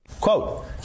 Quote